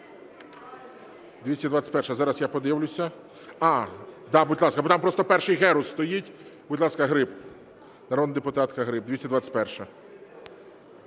221-а. Зараз я подивлюся. Да, будь ласка. Там просто перший Герус стоїть. Будь ласка, Гриб. Народна депутатка Гриб, 221-а.